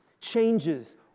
Changes